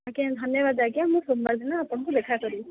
ଆଜ୍ଞା ଧନ୍ୟବାଦ ଆଜ୍ଞା ମୁଁ ସୋମବାର ଦିନ ଆପଣଙ୍କୁ ଦେଖା କରିବି